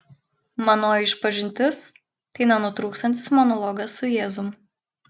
manoji išpažintis tai nenutrūkstantis monologas su jėzum